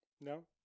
No